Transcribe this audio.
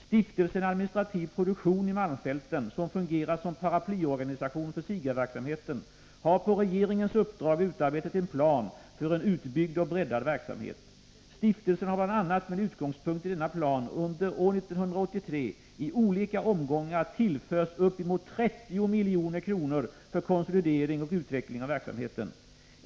Stiftelsen Administrativ Produktion i Malmfälten — som fungerar som paraplyorganisation för SIGA-verksamheten — har på regeringens uppdrag utarbetat en plan för en utbyggd och breddad verksamhet. Stiftelsen har bl.a. med utgångspunkt i denna plan under år 1983 i olika omgångar tillförts uppemot 30 milj.kr. för konsolidering och utveckling av verksamheten.